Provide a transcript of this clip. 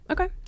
Okay